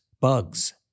bugs